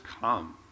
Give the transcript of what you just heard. come